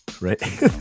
right